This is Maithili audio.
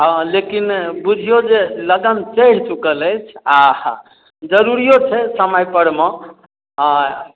हॅं लेकिन बुझियौ जे लगन चढ़ि चुकल अछि आ ह जरूरियो छै समय पर मे आ